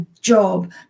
job